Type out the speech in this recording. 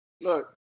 Look